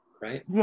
right